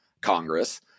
Congress